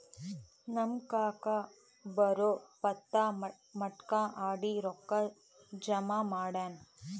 ನಮ್ ಕಾಕಾ ಬರೇ ಪತ್ತಾ, ಮಟ್ಕಾ ಆಡಿ ರೊಕ್ಕಾ ಜಮಾ ಮಾಡ್ತಾನ